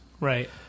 right